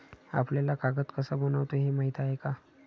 आपल्याला कागद कसा बनतो हे माहीत आहे का?